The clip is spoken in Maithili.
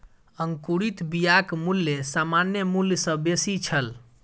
अंकुरित बियाक मूल्य सामान्य मूल्य सॅ बेसी छल